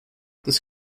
this